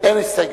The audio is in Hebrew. אין הסתייגויות,